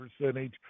percentage